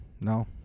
No